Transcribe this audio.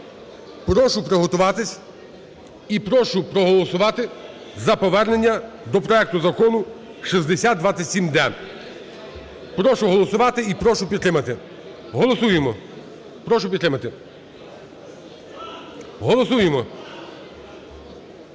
Прошу приготуватися і прошу проголосувати за повернення до проекту Закону 6027-д. Прошу голосувати і прошу підтримати. Голосуємо, прошу підтримати. Голосуємо.